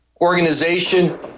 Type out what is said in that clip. organization